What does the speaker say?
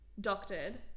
doctored